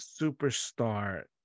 superstar